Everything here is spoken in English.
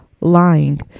lying